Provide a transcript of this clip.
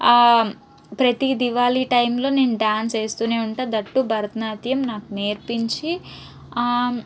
ప్రతి దీపావళీ టైంలో నేను డ్యాన్స్ వేస్తు ఉంటాను దట్ టు భరతనాట్యం నాకు నేర్పించి